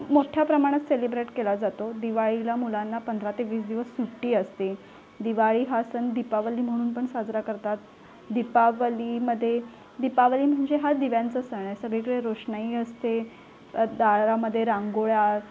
मोठ्या प्रमाणात सेलिब्रेट केला जातो दिवाळीला मुलांना पंधरा ते वीस दिवस सुट्टी असते दिवाळी हा सण दीपावली म्हणून पण साजरा करतात दीपावलीमध्ये दीपावली म्हणजे हा दिव्यांचा सण आहे सगळीकडे रोषणाई असते दारामध्ये रांगोळ्या